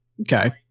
Okay